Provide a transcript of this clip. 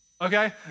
okay